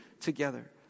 together